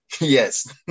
Yes